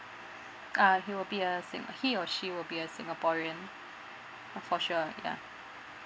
uh he will be a sing~ he or she will be a singaporean for sure yeah